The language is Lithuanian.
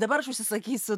dabar aš užsisakysiu